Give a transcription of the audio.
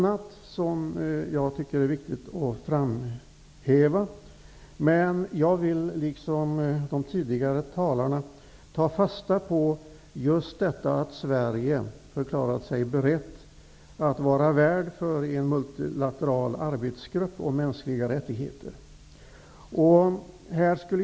Det finns annat som är viktigt att framhäva, men jag vill liksom de tidigare talarna ta fasta på just detta att Sverige förklarat sig berett att vara värd för en multilateral arbetsgrupp om mänskliga rättigheter.